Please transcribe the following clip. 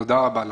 תודה רבה לכם.